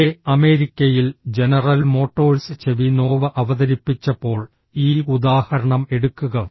തെക്കേ അമേരിക്കയിൽ general motors Chevy Nova അവതരിപ്പിച്ചപ്പോൾ ഈ ഉദാഹരണം എടുക്കുക